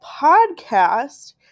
podcast